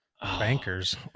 bankers